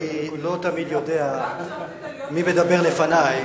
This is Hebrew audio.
אני לא תמיד יודע מי מדבר לפני,